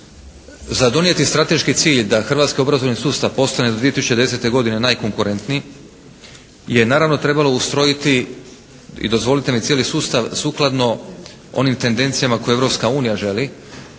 Za donijeti strateški cilj da hrvatski obrazovni sustav postane do 2010. godine najkonkurentniji je naravno trebalo ustrojiti i dozvolite mi cijeli sustav sukladno onim tendencijama koje Europska